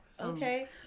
Okay